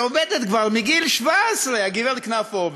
היא עובדת כבר מגיל 17, הגברת קנפו.